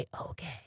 okay